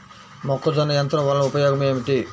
మొక్కజొన్న యంత్రం వలన ఉపయోగము ఏంటి?